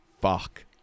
fuck